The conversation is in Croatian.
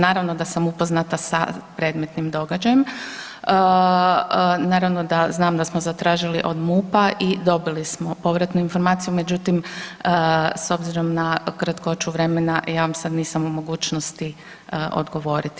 Naravno da sam upoznata sa predmetnim događajem, naravno da znam da smo zatražili od MUP-a i dobili smo povratnu informaciju međutim, s obzirom na kratkoću vremena, ja vam sad nisam u mogućnosti odgovoriti.